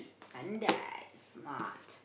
pandai smart